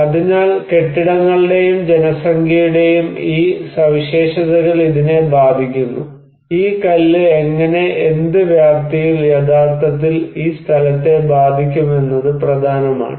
അതിനാൽ കെട്ടിടങ്ങളുടെയും ജനസംഖ്യയുടെയും ഈ സവിശേഷതകൾ ഇതിനെ ബാധിക്കുന്നു ഈ കല്ല് എങ്ങനെ എന്ത് വ്യാപ്തിയിൽ യഥാർത്ഥത്തിൽ ഈ സ്ഥലത്തെ ബാധിക്കുമെന്നത് പ്രധാനമാണ്